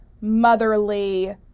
motherly